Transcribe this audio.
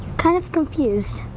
kind of confused.